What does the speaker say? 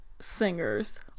singers